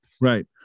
Right